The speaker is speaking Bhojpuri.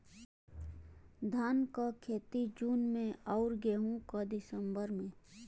धान क खेती जून में अउर गेहूँ क दिसंबर में?